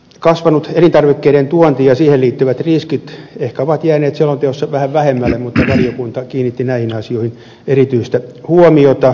kasvanut elintarvikkeiden tuonti ja siihen liittyvät riskit ovat ehkä jääneet selonteossa vähän vähemmälle mutta valiokunta kiinnitti näihin asioihin erityistä huomiota